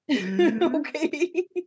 okay